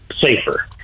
safer